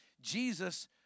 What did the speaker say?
Jesus